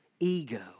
ego